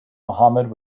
mohammad